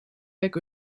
back